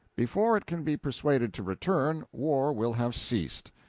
before it can be persuaded to return, war will have ceased.